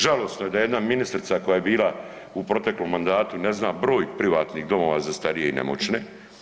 Žalosno je da jedna ministrica koja je bila u proteklom mandatu ne zna broj privatnih domova za starije i nemoćne.